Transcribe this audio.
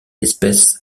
espèce